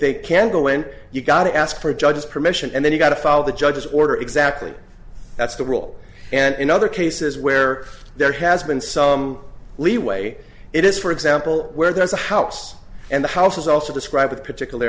they can't go and you've got to ask for a judge's permission and then you've got to follow the judge's order exactly that's the rule and in other cases where there has been some leeway it is for example where there's a house and the house is also described particular